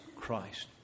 Christ